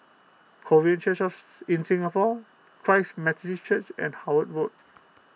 Korean Churches in Singapore Christ Methodist Church and Howard Road